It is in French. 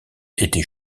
était